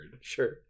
Sure